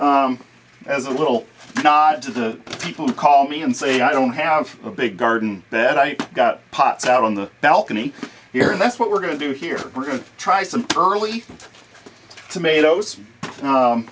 as a little nod to the people who call me and say i don't have a big garden then i got pots out on the balcony here and that's what we're going to do here we're going to try some early tomatoes